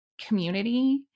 community